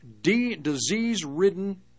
disease-ridden